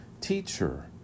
teacher